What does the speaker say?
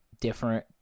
different